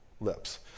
lips